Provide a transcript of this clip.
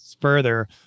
further